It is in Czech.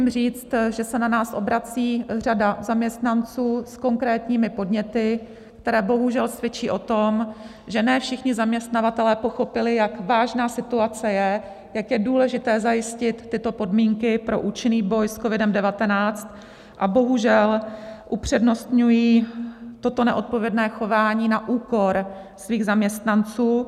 Musím říct, že se na nás obrací řada zaměstnanců s konkrétními podněty, které bohužel svědčí o tom, že ne všichni zaměstnavatelé pochopili, jak vážná situace je, jak je důležité zajistit tyto podmínky pro účinný boj s COVID19, a bohužel upřednostňují toto neodpovědné chování na úkor svých zaměstnanců.